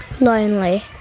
Lonely